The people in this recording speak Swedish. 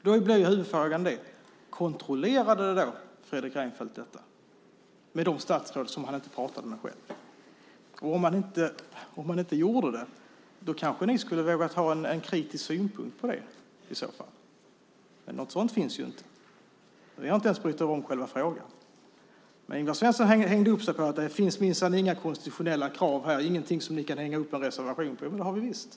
Herr talman! Då blir huvudfrågan: Kontrollerade Fredrik Reinfeldt detta med de statsråd som han inte pratade med själv? Om han inte gjorde det kanske ni borde ha vågat ha en kritisk synpunkt på det. Men något sådant finns inte. Ni har inte ens brytt er om själva frågan. Ingvar Svensson hängde upp sig på att det minsann inte finns några konstitutionella krav och att vi inte har någonting som vi kan hänga upp en reservation på. Jo, det har vi visst!